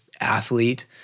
athlete